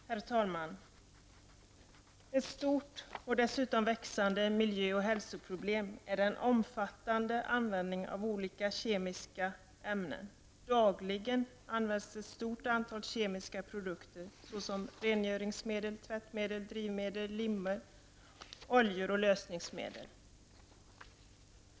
Herr talman! Ett stort och dessutom växande miljö och hälsoproblem är den omfattande användningen av olika syntetiska, kemiska ämnen. Dagligen används ett stort antal kemiska produkter såsom rengöringsmedel, tvättmedel, drivmedel, limmer, oljor och lösningsmedel.